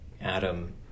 adam